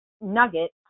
nugget